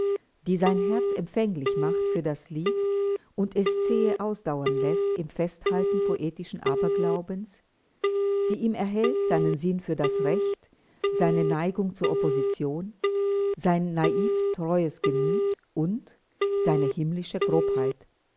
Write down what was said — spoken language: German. die sein herz empfänglich macht für das lied und es zähe ausdauern läßt im festhalten poetischen aberglaubens die ihm erhält seinen sinn für das recht seine neigung zur opposition sein naiv treues gemüt und seine himmlische grobheit